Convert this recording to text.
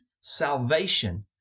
salvation